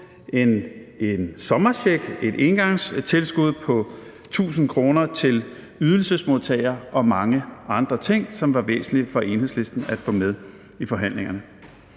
som er et engangstilskud på 1.000 kr. til ydelsesmodtagere og mange andre ting, som var væsentlige for Enhedslisten at få med i forhandlingerne.